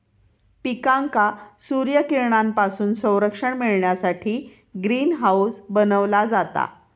पिकांका सूर्यकिरणांपासून संरक्षण मिळण्यासाठी ग्रीन हाऊस बनवला जाता